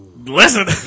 Listen